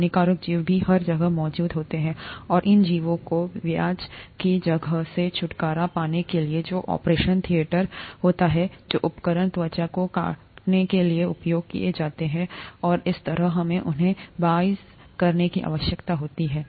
हानिकारक जीव भी हर जगह मौजूद होते हैं और इन जीवों को ब्याज की जगह से छुटकारा पाने के लिए जो ऑपरेशन थिएटर होता है जो उपकरण त्वचा को काटने के लिए उपयोग किए जाते हैं और इसी तरह हमें उन्हें बाँझ करने की आवश्यकता होती है